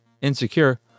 Insecure